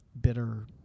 bitter